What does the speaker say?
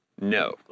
No